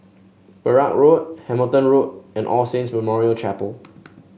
Perak Road Hamilton Road and All Saints Memorial Chapel